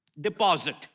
deposit